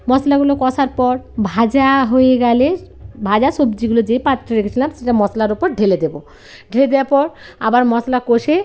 মশলাগুলো কষার পর ভাজা হয়ে গেলে ভাজা সবজিগুলো যে পাত্রে রেখেছিলাম সেটা মশলার ওপর ঢেলে দেব ঢেলে দেওয়ার পর আবার মশলা কষে